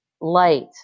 Light